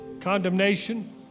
condemnation